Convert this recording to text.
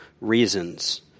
reasons